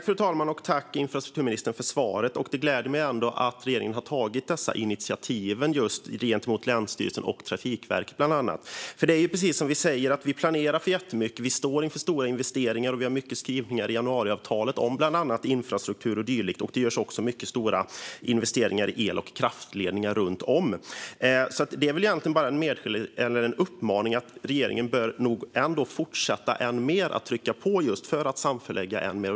Fru talman! Det gläder mig ändå att regeringen har tagit dessa initiativ gentemot bland annat länsstyrelserna och Trafikverket. Det är precis det här vi säger. Vi planerar för jättemycket, vi står inför stora investeringar och vi har många skrivningar i januariavtalet om bland annat infrastruktur och dylikt. Det görs också mycket stora investeringar i el och kraftledningar runt om i landet. Detta är egentligen bara en uppmaning till regeringen att fortsätta och trycka på för att samförlägga än mer.